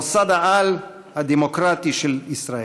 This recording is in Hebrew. מוסד-העל הדמוקרטי של ישראל.